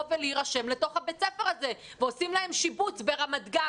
ולהירשם לתוך בית הספר הזה ועושים להם שיבוץ ברמת גן,